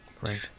Right